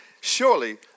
surely